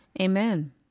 Amen